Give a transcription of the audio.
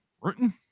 written